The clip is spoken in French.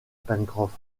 pencroff